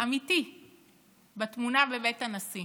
אמיתי בתמונה בבית הנשיא